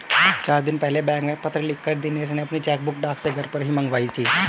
चार दिन पहले बैंक में पत्र लिखकर दिनेश ने अपनी चेकबुक डाक से घर ही पर मंगाई थी